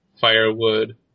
firewood